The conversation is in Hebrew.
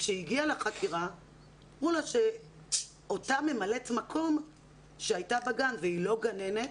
כשהיא הגיעה לחקירה אמרו לה שאותה ממלאת מקום שהייתה בגן והיא לא גננת,